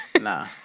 Nah